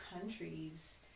countries